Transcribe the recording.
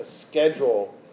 schedule